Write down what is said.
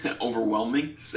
overwhelming